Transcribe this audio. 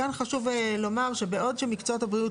כאן חשוב לומר שבעוד שמקצועות הבריאות,